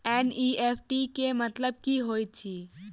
NEFT केँ मतलब की होइत अछि?